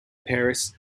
paris